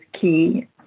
key